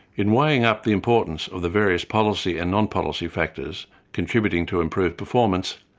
in weighing up the importance of the various policy and non-policy factors contributing to improved performance,